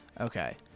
Okay